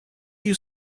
you